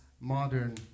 modern